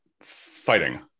fighting